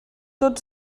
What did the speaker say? tot